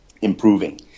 improving